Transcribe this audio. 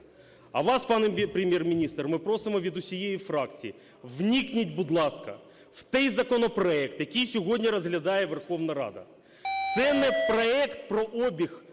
А вас, пане Прем’єр-міністр, ми просимо від усієї фракції: вникніть, будь ласка, в той законопроект, який сьогодні розглядає Верховна Рада. Це не проект про обіг